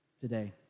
today